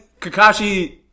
Kakashi